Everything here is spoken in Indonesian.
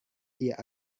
dia